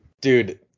dude